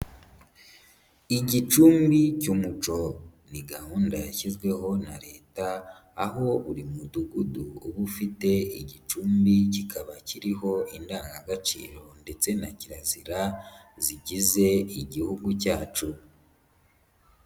Igicumbi cy'umuco, ni gahunda yashyizweho na leta, aho buri mudugudu uba ufite igicumbi kikaba kiriho indangagaciro ndetse na kirazira, zigize igihugu cyacu.